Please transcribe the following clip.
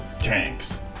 tanks